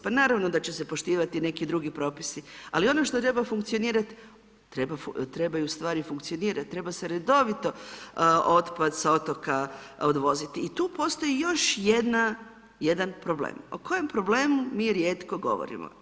Pa naravno da će se poštivati neki drugi propisi, ali ono što treba funkcionirat, trebaju stvari funkcionirat, treba se redovito otpad sa otoka odvoziti i tu postoji još jedan problem, o kojem problemu mi rijetko govorimo.